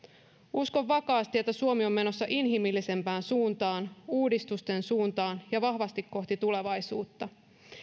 uskon vakaasti että suomi on menossa inhimillisempään suuntaan uudistusten suuntaan ja vahvasti kohti tulevaisuutta